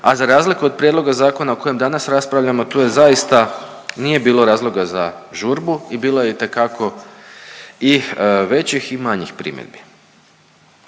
a za razliku od prijedloga zakona o kojem danas raspravljamo tu je zaista, nije bilo razloga za žurbu i bilo je itekako i većih i manjih primjedbi.